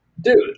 dude